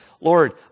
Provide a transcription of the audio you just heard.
Lord